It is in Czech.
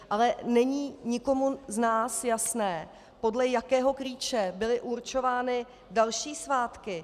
Ale není nikomu z nás jasné, podle jakého klíče byly určovány další svátky.